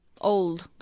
Old